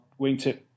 wingtip